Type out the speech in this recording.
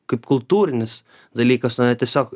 kaip kultūrinis dalykas na tiesiog